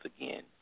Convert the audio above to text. again